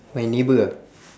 my neighbour ah